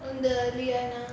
oh the lyanna